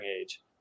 age